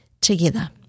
together